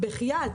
בחיאת,